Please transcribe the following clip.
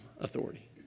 authority